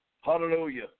Hallelujah